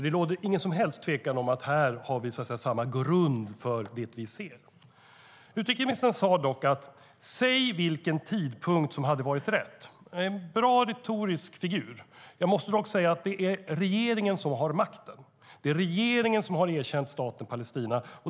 Det råder ingen som helst tvekan om att vi har samma grund för det vi ser. Utrikesministern sade dock: Säg vilken tidpunkt som hade varit rätt! Det är en bra retorisk figur. Jag måste dock säga att det är regeringen som har makten. Det är regeringen som har erkänt staten Palestina.